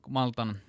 Maltan